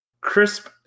crisp